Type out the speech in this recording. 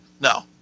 No